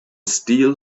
steel